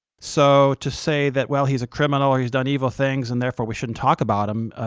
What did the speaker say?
so to say that well, he's a criminal, ah he's done evil things and therefore we shouldn't talk about him,